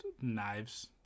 Knives